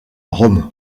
rome